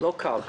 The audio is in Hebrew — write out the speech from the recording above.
לא קל,